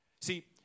See